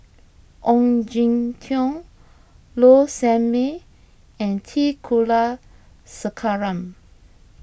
Ong Jin Teong Low Sanmay and T Kulasekaram